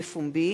תיקון פרק ב'),